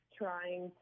trying